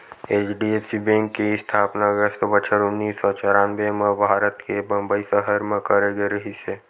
HDFC bank के इस्थापना अगस्त बछर उन्नीस सौ चौरनबें म भारत के बंबई सहर म करे गे रिहिस हे